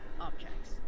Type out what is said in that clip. objects